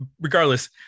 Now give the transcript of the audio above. Regardless